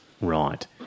Right